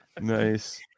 Nice